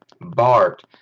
Bart